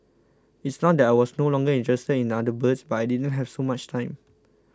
it's not that I was no longer interested in other birds but I didn't have so much time